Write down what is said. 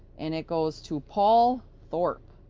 and it goes to paul thorpe.